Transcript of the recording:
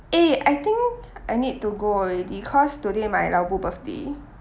eh I think I need to go already cause today my lao bu birthday